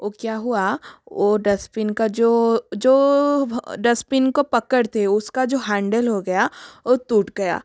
ओ क्या हुआ ओ डस्टबिन का जो जो डस्टबिन को पकड़ते हैं उसका जो हैंडिल हो गया ओ टूट गया